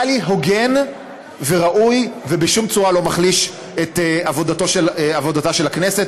זה נראה לי הוגן וראוי ובשום צורה לא מחליש את עבודתה של הכנסת.